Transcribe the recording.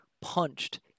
punched